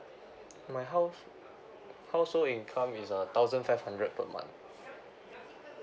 my house~ household income is a thousand five hundred per month